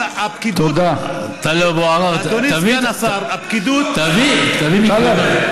אבל הפקידות, אתה מדבר שטויות, אין אפליה.